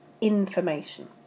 information